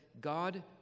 God